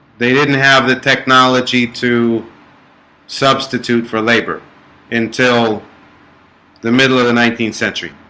they didn't have the technology to substitute for labor until the middle of the nineteenth century,